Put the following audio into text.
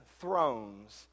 thrones